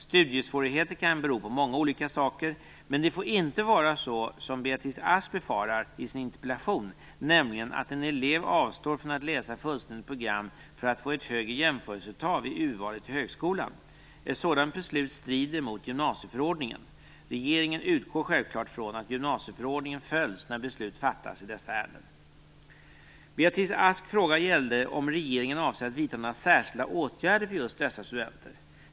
Studiesvårigheter kan ju bero på många olika saker, men det får inte vara så som Beatrice Ask befarar i sin interpellation, nämligen att en elev avstår från att läsa fullständigt program för att få ett högre jämföreseltal vid urvalet till högskolan. Ett sådant beslut strider mot gymnasieförordningen. Regeringen utgår självklart från att gymnasieförordningen följs när beslut fattas i dessa ärenden. Beatrice Asks fråga gällde om regeringen avser att vidta några särskilda åtgärder för just dessa studenter.